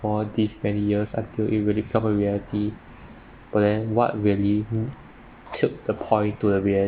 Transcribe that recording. for these many years until it really become a reality but then what really mm tilt the point to the reality